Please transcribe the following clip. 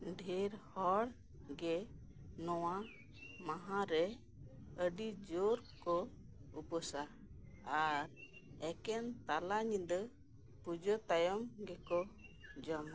ᱰᱷᱮᱨ ᱦᱚᱲᱜᱮ ᱱᱚᱣᱟ ᱢᱟᱦᱟᱨᱮ ᱟᱹᱰᱤ ᱡᱳᱨ ᱠᱚ ᱩᱯᱟᱹᱥᱟ ᱟᱨ ᱮᱠᱮᱱ ᱛᱟᱞᱟ ᱧᱤᱫᱟᱹ ᱯᱩᱡᱟᱹ ᱛᱟᱭᱚᱢ ᱜᱮᱠᱚ ᱡᱚᱢᱟ